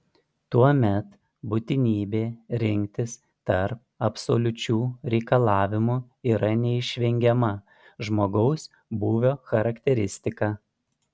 tuomet būtinybė rinktis tarp absoliučių reikalavimų yra neišvengiama žmogaus būvio charakteristika